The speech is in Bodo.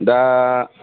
दा